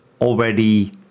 already